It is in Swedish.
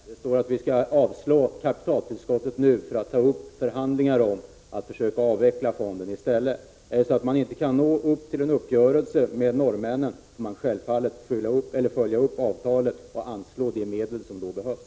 Herr talman! Då tycker jag att Hadar Cars skall titta litet närmare på den. Det sägs att vi nu bör avslå framställan om kapitaltillskott för att i stället ta upp förhandlingar om att avveckla fonden. Kan man inte få till stånd en uppgörelse med norrmännen får man självfallet följa upp avtalet och då anslå de medel som behövs.